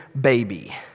baby